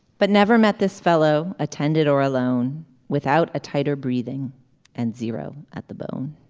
but never met this fellow attended or alone without a tighter breathing and zero at the bone